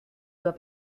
doit